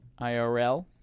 IRL